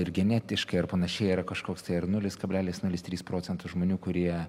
ir genetiškai ar panašiai yra kažkoks tai ar nulis kablelis nulis trys procento žmonių kurie